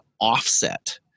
offset